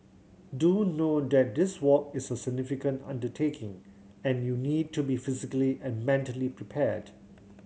do note that this walk is a significant undertaking and you need to be physically and mentally prepared